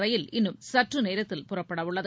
ரயில் இன்னும் சற்று நேரத்தில் புறப்படவுள்ளது